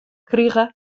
krige